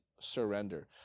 surrender